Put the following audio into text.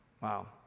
Wow